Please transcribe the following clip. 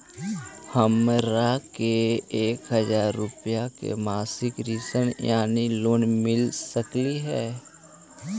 हमरा के एक हजार रुपया के मासिक ऋण यानी लोन मिल सकली हे?